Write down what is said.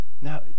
Now